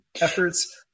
efforts